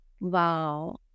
wow